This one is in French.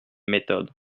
méthode